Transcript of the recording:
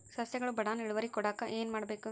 ಸಸ್ಯಗಳು ಬಡಾನ್ ಇಳುವರಿ ಕೊಡಾಕ್ ಏನು ಮಾಡ್ಬೇಕ್?